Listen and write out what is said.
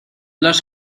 los